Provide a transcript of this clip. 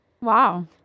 Wow